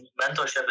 mentorship